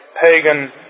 pagan